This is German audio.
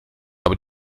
aber